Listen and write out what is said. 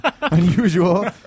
unusual